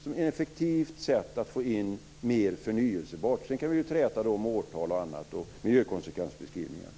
De är ett effektivt sätt att få in mer förnybar energi. Sedan kan vi träta om årtal och miljökonsekvensbeskrivningar.